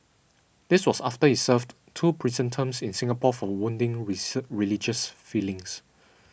this was after he served two prison terms in Singapore for wounding religious feelings